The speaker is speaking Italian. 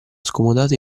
scomodato